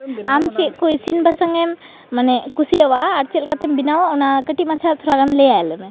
ᱟᱢ ᱪᱮᱫᱠᱚ ᱤᱥᱤᱱ ᱵᱟᱥᱟᱝᱮᱢ ᱢᱟᱱᱮ ᱠᱩᱥᱤᱣᱟᱜᱼᱟ ᱟᱨ ᱪᱮᱫᱞᱮᱠᱟᱛᱮᱢ ᱵᱮᱱᱟᱣᱟ ᱚᱱᱟ ᱠᱟᱹᱴᱤᱡ ᱢᱟᱪᱷᱟ ᱛᱷᱚᱲᱟᱜᱟᱱ ᱞᱟᱹᱭᱟᱞᱮ ᱢᱮ